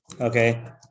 Okay